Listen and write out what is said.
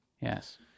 Yes